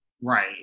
Right